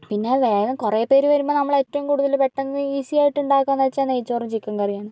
പിന്നെ വേഗം കുറേ പേര് വരുമ്പം നമ്മൾ ഏറ്റവും കൂടുതൽ പെട്ടന്ന് ഈസി ആയിട്ട് ഉണ്ടാക്കാമെന്ന് വച്ചാൽ നെയ്ച്ചോറും ചിക്കൻ കറിയും